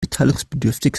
mitteilungsbedürftig